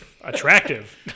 attractive